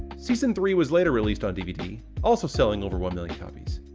season three was later released on dvd, also selling over one million copies.